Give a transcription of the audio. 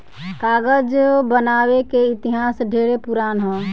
कागज बनावे के इतिहास ढेरे पुरान ह